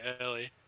early